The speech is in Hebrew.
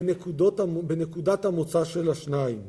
בנקודת המוצא של השניים